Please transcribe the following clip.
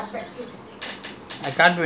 that's why now I'm having boring life here